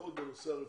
לפחות בנושא הרפואה.